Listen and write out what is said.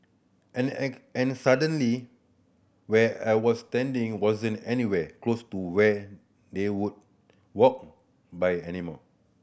and and suddenly where I was standing wasn't anywhere close to where they would walk by anymore